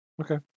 Okay